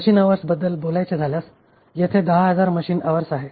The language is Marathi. मशीन अवर्स बद्दल बोलायचे झाल्यास येथे 10000 मशीन अवर्स आहे